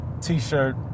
t-shirt